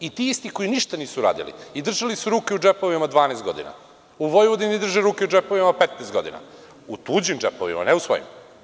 Ti isti koji ništa nisu uradili i držali su ruke u džepovima 12 godina, u Vojvodini drže ruke u džepovima 15 godina, u tuđim džepovima, ne u svojim.